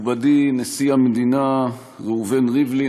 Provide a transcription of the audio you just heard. מכובדי נשיא המדינה ראובן ריבלין,